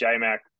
J-Mac